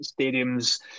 stadiums